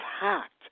hacked